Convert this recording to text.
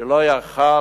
שלא היה יכול